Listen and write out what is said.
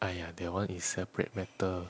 !aiya! that one is separate matter